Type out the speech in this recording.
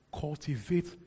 Cultivate